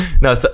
No